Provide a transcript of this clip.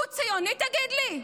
הוא ציוני, תגיד לי?